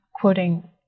quoting